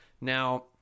Now